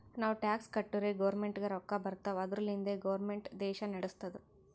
ನಾವು ಟ್ಯಾಕ್ಸ್ ಕಟ್ಟುರೇ ಗೌರ್ಮೆಂಟ್ಗ ರೊಕ್ಕಾ ಬರ್ತಾವ್ ಅದುರ್ಲಿಂದೆ ಗೌರ್ಮೆಂಟ್ ದೇಶಾ ನಡುಸ್ತುದ್